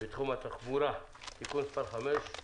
בתחום התחבורה) (תיקון מס' 5),